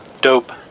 dope